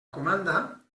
comanda